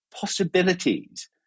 possibilities